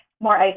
more